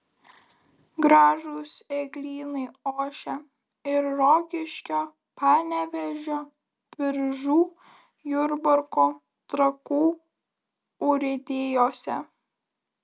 gražūs eglynai ošia ir rokiškio panevėžio biržų jurbarko trakų urėdijose